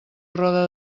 roda